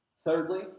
Thirdly